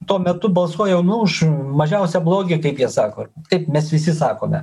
tuo metu balsuoja nu už mažiausią blogį kaip jie sako kaip mes visi sakome